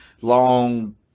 Long